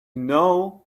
know